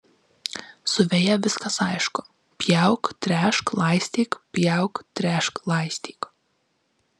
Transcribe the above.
su veja viskas aišku pjauk tręšk laistyk pjauk tręšk laistyk